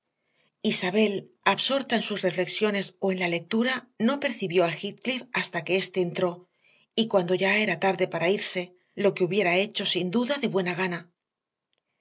isabel absorta en sus reflexiones o en la lectura no percibió a heathcliff hasta que éste entró y cuando ya era tarde para irse lo que hubiera hecho sin duda de buena gana